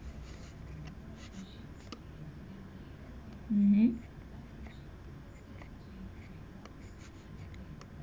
mmhmm